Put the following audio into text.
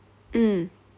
mm